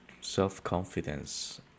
self-confidence